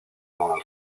con